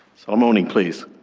salamone and please.